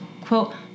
quote